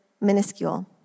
minuscule